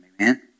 Amen